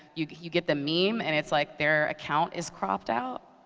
you you get the meme, and it's like their account is cropped out.